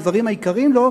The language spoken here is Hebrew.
בדברים היקרים לו,